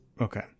Okay